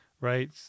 right